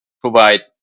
provide